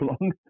long